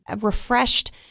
refreshed